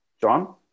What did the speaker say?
John